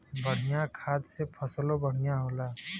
बढ़िया खाद से फसलों बढ़िया होला